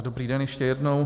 Dobrý den ještě jednou.